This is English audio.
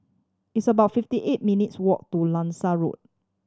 it's about fifty eight minutes' walk to Langsat Road